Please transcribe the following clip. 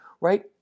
Right